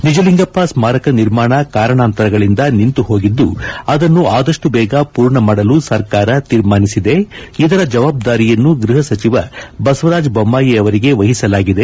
ನಿಜಲಿಂಗಪ್ಪ ಸ್ಮಾರಕ ನಿರ್ಮಾಣ ಕಾರಣಾಂತರಗಳಿಂದ ನಿಂತು ಹೋಗಿದ್ದು ಅದನ್ನು ಆದಷ್ಟು ಬೇಗ ಪೂರ್ಣ ಮಾಡಲು ಸರ್ಕಾರ ತೀರ್ಮಾನಿಸಿದೆ ಇದರ ಜವಾಬ್ದಾರಿಯನ್ನು ಗೃಹ ಸಚಿವ ಬಸವರಾಜ ಬೊಮ್ಮಾಯಿ ಅವರಿಗೆ ವಹಿಸಲಾಗಿದೆ